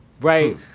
right